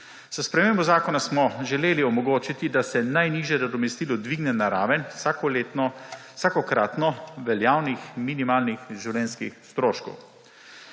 S spremembo zakona smo želeli omogočiti, da se najnižje nadomestilo dvigne na raven vsakokratno veljavnih minimalnih življenjskih stroškov.